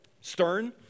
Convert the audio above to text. stern